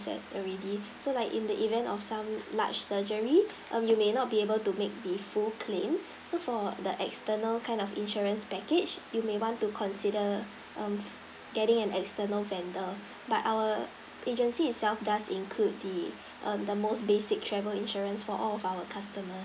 that already so like in the event of some large surgery mm you may not be able to make the full claims so for the external kind of insurance package you may want to consider mm getting an external vendor but our agency itself does include the mm the most basic travel insurance for all of our customers